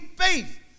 faith